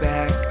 Back